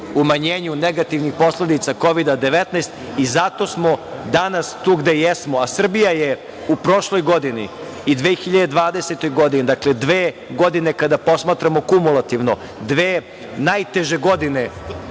negativnih posledica Kovida – 19 i zato smo danas tu gde jesmo. Srbija je u prošloj godini i 2020. godine, dakle, dve godine kada posmatramo kumulativno, dve najteže godine